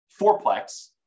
fourplex